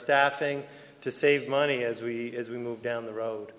staffing to save money as we as we move down the road